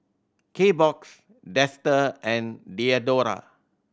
Kbox Dester and Diadora